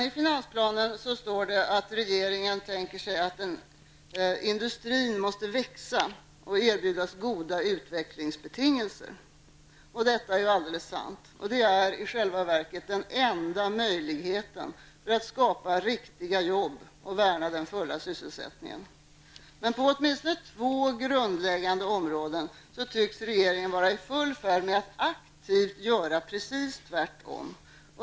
I finansplanen står att regeringen anser att industrin måste växa och erbjudas goda utvecklingsbetingelser. Detta är alldeles sant. Det är i själva verket den enda möjligheten att skapa riktiga jobb och värna den fulla sysselsättningen. På åtminstone två grundläggande områden tycks regeringen vara i full färd med att aktivt göra precis tvärtom.